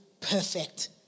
perfect